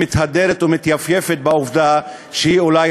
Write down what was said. שמתהדרת ומתייפייפת בעובדה שהיא אולי